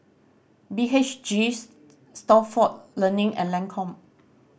B H G Stalford Learning and Lancome